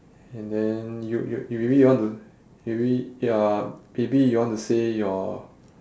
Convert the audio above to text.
and then you you you really want to you really ya maybe you want to say your